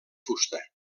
fusta